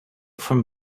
from